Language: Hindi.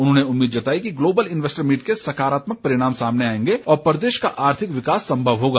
उन्होंने उम्मीद जताई कि ग्लोबल इनवैस्टर्स मीट के सकारात्मक परिणाम सामने आएंगे और प्रदेश का आर्थिक विकास संभव होगा